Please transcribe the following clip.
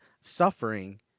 suffering